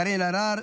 קארין אלהרר,